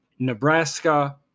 Nebraska